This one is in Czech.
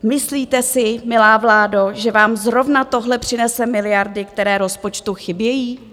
Myslíte si, milá vládo, že vám zrovna tohle přinese miliardy, které rozpočtu chybějí?